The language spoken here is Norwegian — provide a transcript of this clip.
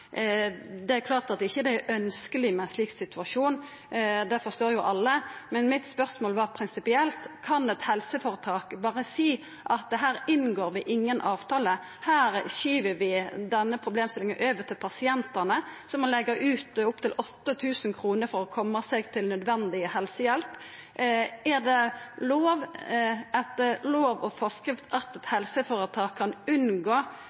Det er klart at det ikkje er ønskjeleg med ein slik situasjon, det forstår alle. Men spørsmålet mitt var prinsipielt: Kan eit helseføretak berre seia at her inngår vi ingen avtale, her skyver vi denne problemstillinga over på pasientane, som må leggja ut opptil 8 000 kr for å koma seg til nødvendig helsehjelp? Er det lov etter lov og forskrift for eit helseføretak å unngå